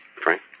Frank